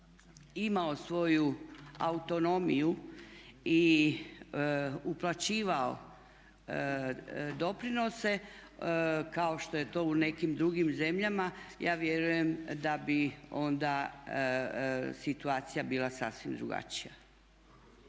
imao svoju autonomiju i uplaćivao doprinose kao što je to u nekim drugim zemljama ja vjerujem da bi onda situacija bila sasvim drugačija.